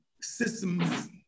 systems